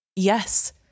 Yes